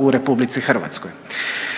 u RH.